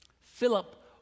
Philip